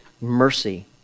mercy